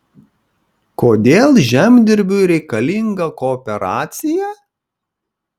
kodėl žemdirbiui reikalinga kooperacija